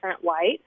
white